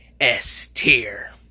S-Tier